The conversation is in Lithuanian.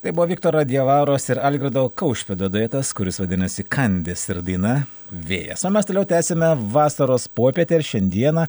tai buvo viktoro diavaros ir algirdo kaušpėdo duetas kuris vadinasi kandis ir daina vėjas o mes toliau tęsiame vasaros popietę ir šiandieną